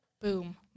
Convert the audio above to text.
Boom